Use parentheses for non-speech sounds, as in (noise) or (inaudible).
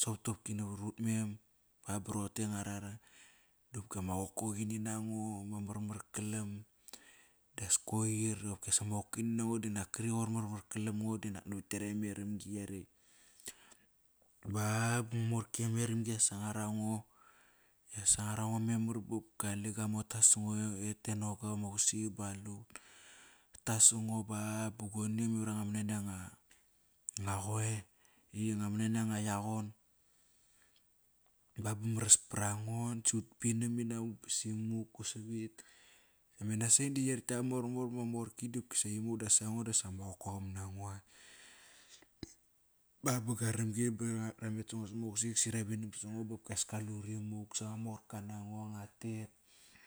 sop dopki navar ut mem, ba ba roqote nga rara. Dopkia ma qoqoqini nango, ma marmar kalam. Das koir qopkias ama qokoqiri nango dinak (unintelligible) navat ktiarekt ama erom-gi yarekt. Ba bama morki ama eramgi ya sangar ango, ya ssangar ango memar bopki qale gua mota sa ngo ete noga vama usik ba qalut. Ratas sango ba bo goni memar vama manania ma qoe. Inga mania nga yaqon ba ba maras parango, sut pinam inavuk bo simuk usavit. Me Nasain da yer ta mormor ba morki dopkisa imuk das aingo dama qokoqam nango as. Baba gua rom gi ba ramet sango sama usik sa rhavinam sango bokias kalut rimuk sa morka nango ngua